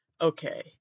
Okay